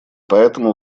поэтому